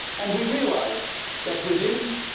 and we realize that within